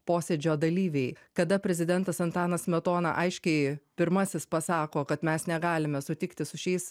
posėdžio dalyviai kada prezidentas antanas smetona aiškiai pirmasis pasako kad mes negalime sutikti su šiais